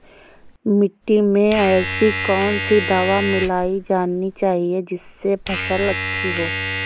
मिट्टी में ऐसी कौन सी दवा मिलाई जानी चाहिए जिससे फसल अच्छी हो?